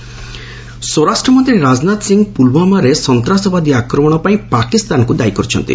ରାଜନାଥ ଓଡ଼ିଶା ସ୍ୱରାଷ୍ଟ୍ରମନ୍ତ୍ରୀ ରାଜନାଥ ସିଂ ପୁଲ୍ୱାମାରେ ସନ୍ତାସବାଦୀ ଆକ୍ରମଣ ପାଇଁ ପାକିସ୍ତାନକୁ ଦାୟୀ କରିଛନ୍ତି